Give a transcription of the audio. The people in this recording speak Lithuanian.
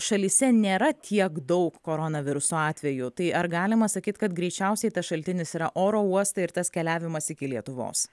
šalyse nėra tiek daug koronaviruso atvejų tai ar galima sakyt kad greičiausiai tas šaltinis yra oro uostai ir tas keliavimas iki lietuvos